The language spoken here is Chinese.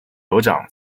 酋长